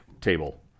table